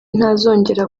ntazongera